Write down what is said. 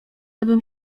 abym